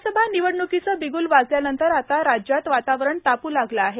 विधानसभा निवडण्कीचं बिग्ल वाजल्यानंतर आता राज्यात वातावरण तापू लागलं आहे